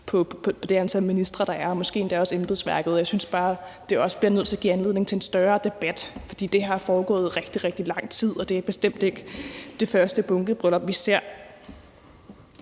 og det antal ministre, der er, og måske endda også i forhold til embedsværket. Jeg synes bare, at det også er nødt til at give anledning til en større debat, for det er foregået i rigtig, rigtig lang tid, og det er bestemt ikke det første bunkebryllup, vi ser.